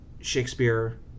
Shakespeare